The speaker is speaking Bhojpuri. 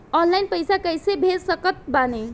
ऑनलाइन पैसा कैसे भेज सकत बानी?